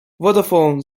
vodafone